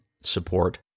support